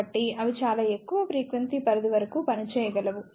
కాబట్టి అవి చాలా ఎక్కువ ఫ్రీక్వెన్సీ పరిధి వరకు పనిచేయగలవు